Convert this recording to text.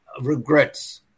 regrets